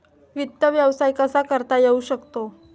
वित्त व्यवसाय कसा करता येऊ शकतो?